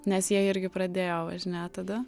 nes jie irgi pradėjo važinėt tada